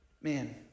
Man